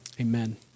Amen